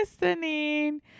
listening